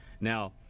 Now